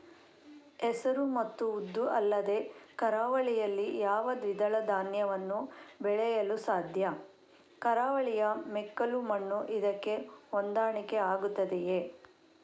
ಹೆಸರು ಮತ್ತು ಉದ್ದು ಅಲ್ಲದೆ ಕರಾವಳಿಯಲ್ಲಿ ಯಾವ ದ್ವಿದಳ ಧಾನ್ಯವನ್ನು ಬೆಳೆಯಲು ಸಾಧ್ಯ? ಕರಾವಳಿಯ ಮೆಕ್ಕಲು ಮಣ್ಣು ಇದಕ್ಕೆ ಹೊಂದಾಣಿಕೆ ಆಗುತ್ತದೆಯೇ?